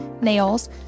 nails